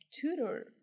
tutor